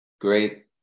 great